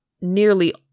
nearly